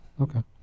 Okay